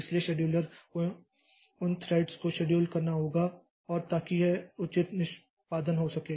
इसलिए शेड्यूलर को उन थ्रेड्स को शेड्यूल करना होगा और ताकि यह उचित निष्पादन हो सके